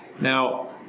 Now